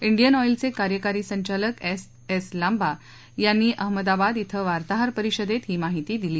Indian ऑईलचे कार्यकारी संचालक एस एस लांबा यांनी अहमदाबाद क्वें वार्ताहर परिषदेत ही माहिती दिली